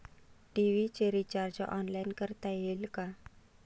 TV चे recharge online करता येईल का?